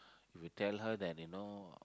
you tell her that you know